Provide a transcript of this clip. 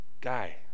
guy